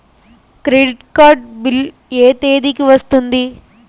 Credit card bill ఎ తేదీ కి వస్తుంది?